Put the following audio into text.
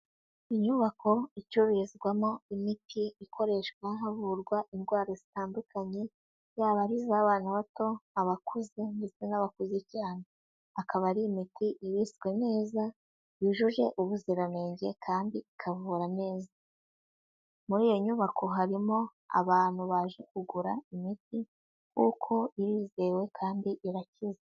Inyubako icururizwamo imiti ikoreshwa havurwa indwara zitandukanye yaba ari iz'abana bato, abakuze ndetse n'abakuze cyane akaba ari imiti ibitswe neza yujuje ubuziranenge kandi ikavura neza, muri iyo nyubako harimo abantu baje kugura imiti kuko irizewe kandi irakize.